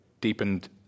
deepened